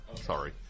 Sorry